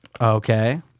Okay